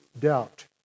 doubt